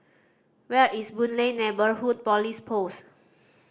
where is Boon Lay Neighbourhood Police Post